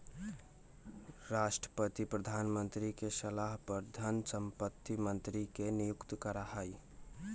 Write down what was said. राष्ट्रपति प्रधानमंत्री के सलाह पर धन संपत्ति मंत्री के नियुक्त करा हई